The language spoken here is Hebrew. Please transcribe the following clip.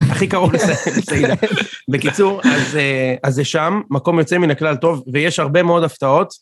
הכי קרוב לסיידה. בקיצור, אז זה שם, מקום יוצא מן הכלל טוב, ויש הרבה מאוד הפתעות.